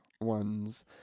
ones